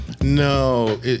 No